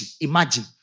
Imagine